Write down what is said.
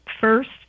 First